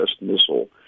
missile